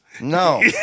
No